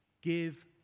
give